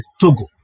Togo